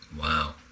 Wow